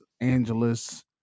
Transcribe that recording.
Angeles